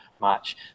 match